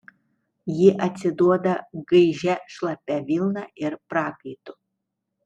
ji atsiduoda gaižia šlapia vilna ir prakaitu